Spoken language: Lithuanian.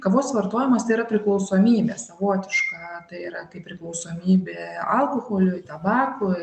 kavos vartojimas tai yra priklausomybė savotiška tai yra kaip priklausomybė alkoholiui tabakui